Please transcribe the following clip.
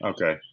Okay